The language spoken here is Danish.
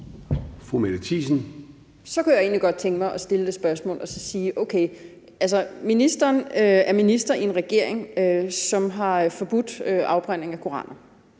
Så kunne jeg egentlig godt tænke mig at stille et spørgsmål. Ministeren er minister i en regering, som har forbudt afbrænding af koraner,